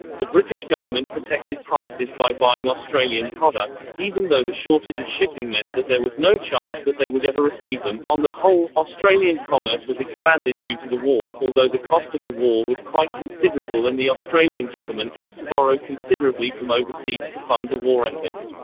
the british government protected prices by buying australian products, even though the shortage of shipping meant that there was no chance that they would ever receive them on the whole, australian commerce was expanded due to the war, although the cost of the war was quite considerable and the australian government had to borrow considerably from overseas to fund the war effort.